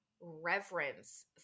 reverence